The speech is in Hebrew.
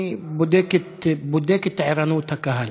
אני בודק את ערנות הקהל.